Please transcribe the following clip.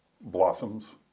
blossoms